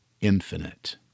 infinite